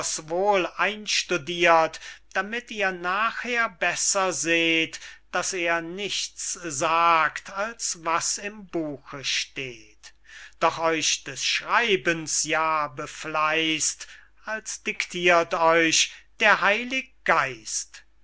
wohl einstudirt damit ihr nachher besser seht daß er nichts sagt als was im buche steht doch euch des schreibens ja befleißt als dictirt euch der heilig geist